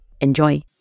Enjoy